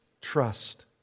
trust